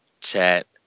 Chat